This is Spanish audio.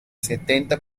setenta